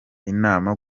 inama